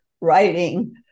writing